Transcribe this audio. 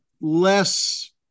less